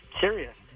serious